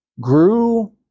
grew